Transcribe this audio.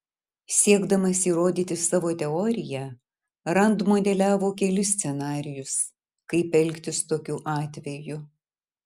siekdamas įrodyti savo teoriją rand modeliavo kelis scenarijus kaip elgtis tokiu atveju